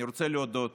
אני רוצה להודות